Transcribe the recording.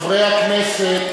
חברי הכנסת.